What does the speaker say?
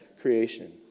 creation